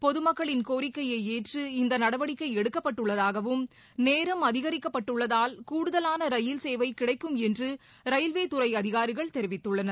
பொதுமக்களின் கோரிக்கையை ஏற்று இந்த நடவடிக்கை எடுக்கப்பட்டுள்ளதாகவும் நேரம் அதிகரிக்கப்பட்டுள்ளதால் கூடுதலான ரயில் சேவை கிடைக்கும் என்று ரயில்வே துறை அதிகாரிகள் தெரிவித்துள்ளனர்